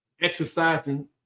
exercising